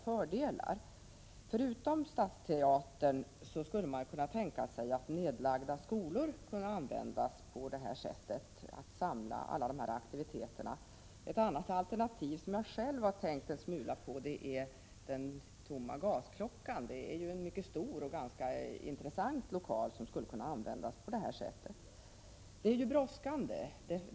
Förutom en lokalisering till Stadsteatern skulle man kunna tänka sig att nedlagda skolor kan användas för att kunna samla alla dessa aktiviteter. Ett ytterligare alternativ, som jag själv har tänkt en smula på, är den tomma gasklockan. Det är en mycket stor och ganska intressant lokal som skulle kunna användas i detta sammanhang. Det brådskar.